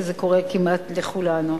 וזה קורה כמעט לכולנו.